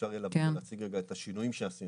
אפשר יהיה לבוא ולהציג רגע את השינויים שעשינו.